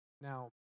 Now